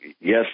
yes